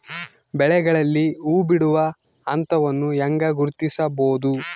ಬೆಳೆಗಳಲ್ಲಿ ಹೂಬಿಡುವ ಹಂತವನ್ನು ಹೆಂಗ ಗುರ್ತಿಸಬೊದು?